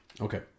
Okay